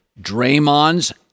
draymond's